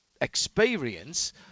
experience